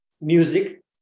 music